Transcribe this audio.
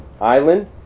island